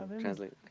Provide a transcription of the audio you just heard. Translate